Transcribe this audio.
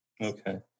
Okay